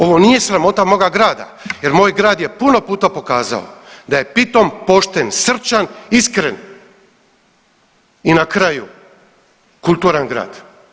Ovo nije sramota moga grada jer moj grad je puno puta pokazao da je pitom, pošten, srčan, iskren i na kraju kulturan grad.